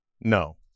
No